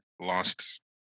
lost